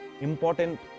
important